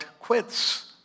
quits